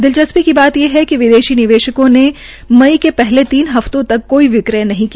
दिलचस्पी की बात ये है विदेशी निवेशकों ने मई के पहले तीन हफ्तों तक कोई विक्रय नहीं किया